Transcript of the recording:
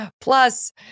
Plus